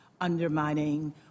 undermining